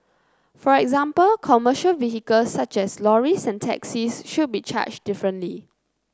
for example commercial vehicles such as lorries and taxis should be charged differently